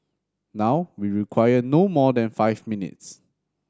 now we require no more than five minutes